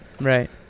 right